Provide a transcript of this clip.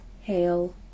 hail